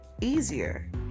easier